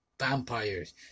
vampires